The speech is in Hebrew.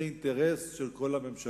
זה אינטרס של כל הממשלה,